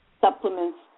supplements